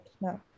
No